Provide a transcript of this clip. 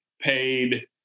paid